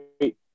wait